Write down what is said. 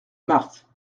marthe